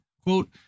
quote